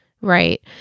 Right